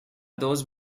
those